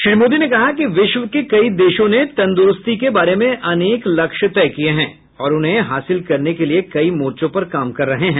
श्री मोदी ने कहा कि विश्व के कई देशों ने तंदुरूस्ती के बारे में अनेक लक्ष्य तय किए हैं और उन्हें हासिल करने लिए कई मोर्चों पर काम कर रहे हैं